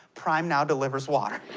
prime now delivers water.